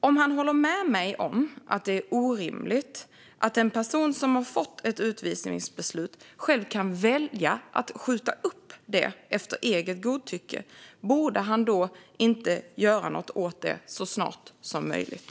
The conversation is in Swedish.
Om han håller med mig om att det är orimligt att en person som har fått ett utvisningsbeslut själv kan välja att skjuta upp det efter eget godtycke, borde han då inte göra något åt detta så snart som möjligt?